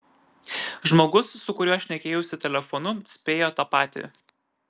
žmogus su kuriuo šnekėjausi telefonu spėjo tą patį